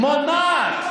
מונעת,